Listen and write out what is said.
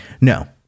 No